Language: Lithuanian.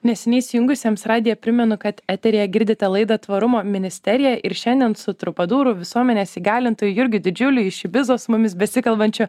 neseniai įsijungusiems radiją primenu kad eteryje girdite laidą tvarumo ministerija ir šiandien su trubadūru visuomenės įgalintoju jurgiu didžiuliu iš ibizos su mumis besikalbančiu